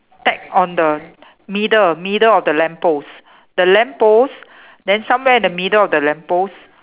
tag on the middle middle of the lamppost the lamppost then somewhere in the middle of the lamppost